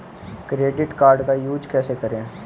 Credit card का use कैसे करें?